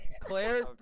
Claire